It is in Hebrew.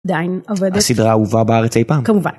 עדיין עובדת. הסדרה האהובה בארץ אי פעם. כמובן.